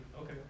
Okay